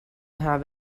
have